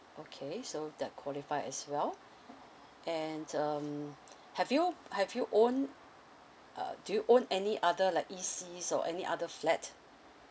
okay so that qualify as well and um have you have you own uh do you own any other like E_Cs or any other flat